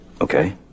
Okay